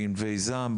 בענבי זעם,